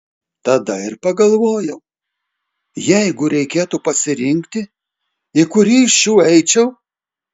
tada ir pagalvojau jeigu reikėtų pasirinkti į kurį iš šių eičiau